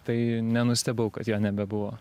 tai nenustebau kad jo nebebuvo